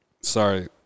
Sorry